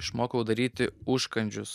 išmokau daryti užkandžius